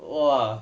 !wah!